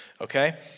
Okay